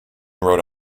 rhode